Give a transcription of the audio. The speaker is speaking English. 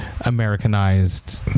Americanized